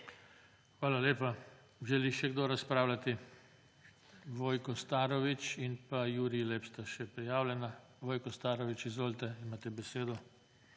Hvala lepa. Želi še kdo razpravljati? (Da.) Vojko Starović in Jurij Lep sta še prijavljena. Vojko Starović, izvolite, imate besedo.